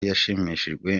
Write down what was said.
yashimishijwe